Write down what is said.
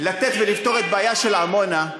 לתת ולפתור את הבעיה של עמונה,